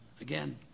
Again